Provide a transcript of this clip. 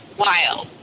wild